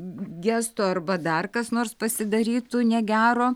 gestų arba dar kas nors pasidarytų negero